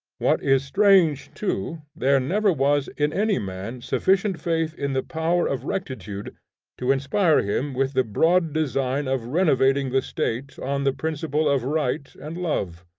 what is strange too, there never was in any man sufficient faith in the power of rectitude to inspire him with the broad design of renovating the state on the principle of right and love.